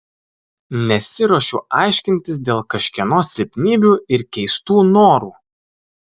nesiruošiu aiškintis dėl kažkieno silpnybių ir keistų norų